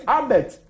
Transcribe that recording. Albert